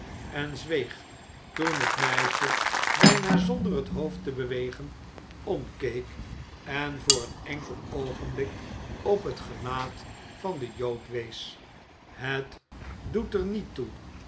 en zweeg toen het meisje bijna zonder het hoofd te bewegen omkeek en voor een enkel oogenbiik op het gelaat van den jood wees het doet er niet toe